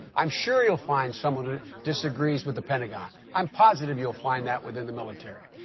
i'm sure you'll find someone who disagrees with the pentagon. i'm positive you'll find that within the military.